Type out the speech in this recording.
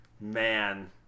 man